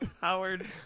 Howard